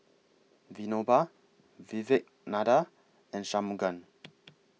Vinoba Vivekananda and Shunmugam